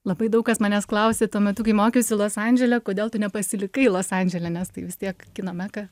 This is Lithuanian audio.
labai daug kas manęs klausė tuo metu kai mokiausi los andžele kodėl tu nepasilikai los andžele nes tai vis tiek kino meka